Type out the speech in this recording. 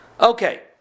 okay